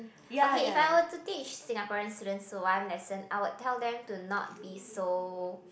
okay if I were to teach Singaporean students one lesson I would tell them to not be so